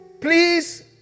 Please